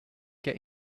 get